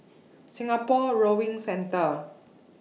Singapore Rowing Centre